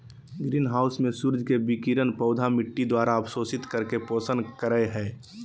green house में सूर्य के विकिरण पौधा मिट्टी द्वारा अवशोषित करके पोषण करई हई